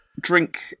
drink